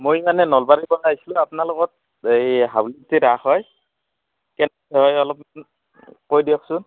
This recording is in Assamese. মই মানে নলবাৰীৰপৰা আহিছিলোঁ আপোনালকৰ এই হাউলীত যে ৰাস হয় অলপ কৈ দিয়কচোন